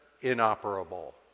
inoperable